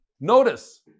Notice